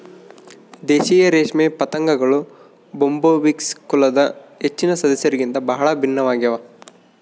ದೇಶೀಯ ರೇಷ್ಮೆ ಪತಂಗಗಳು ಬೊಂಬಿಕ್ಸ್ ಕುಲದ ಹೆಚ್ಚಿನ ಸದಸ್ಯರಿಗಿಂತ ಬಹಳ ಭಿನ್ನವಾಗ್ಯವ